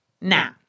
now